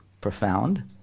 profound